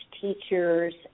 teachers